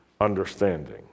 understanding